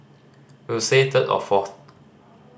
we will say third or fourth